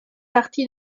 partie